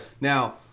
Now